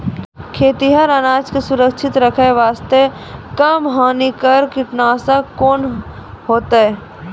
खैहियन अनाज के सुरक्षित रखे बास्ते, कम हानिकर कीटनासक कोंन होइतै?